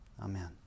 Amen